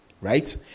right